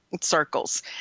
circles